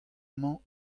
mañ